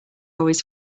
always